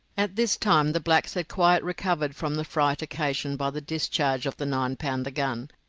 at this time the blacks had quite recovered from the fright occasioned by the discharge of the nine-pounder gun,